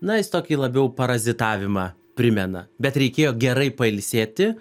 na jis tokį labiau parazitavimą primena bet reikėjo gerai pailsėti